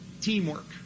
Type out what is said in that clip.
teamwork